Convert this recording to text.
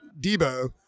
Debo